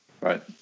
Right